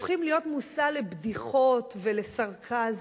הופכים להיות מושא לבדיחות ולסרקזם.